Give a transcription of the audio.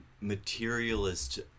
materialist